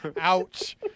Ouch